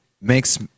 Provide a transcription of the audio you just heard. makes